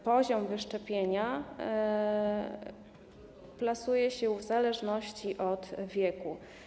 Poziom wyszczepienia plasuje się w zależności od wieku.